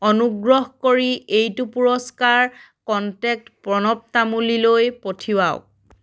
অনুগ্ৰহ কৰি এইটো পুৰস্কাৰ কণ্টেক্ট প্ৰণৱ তামূলীলৈ পঠিয়াওক